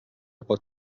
pot